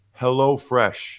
HelloFresh